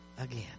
again